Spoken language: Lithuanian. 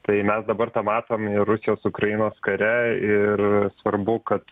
tai mes dabar tą matom rusijos ukrainos kare ir svarbu kad